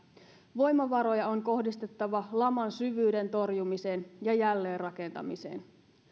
voimavaroja on kohdistettava laman syvyyden torjumiseen ja jälleenrakentamiseen